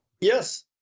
Yes